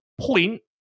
point